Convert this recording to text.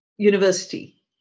university